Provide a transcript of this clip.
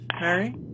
Mary